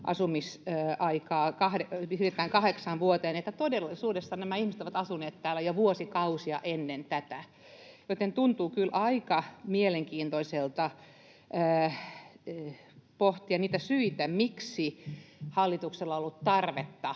asumisaikaa kahdeksaan vuoteen, niin todellisuudessa nämä ihmiset ovat asuneet täällä jo vuosikausia ennen tätä, joten tuntuu kyllä aika mielenkiintoiselta pohtia niitä syitä, miksi hallituksella on ollut tarvetta